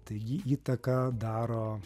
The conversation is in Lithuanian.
tai ji įtaką daro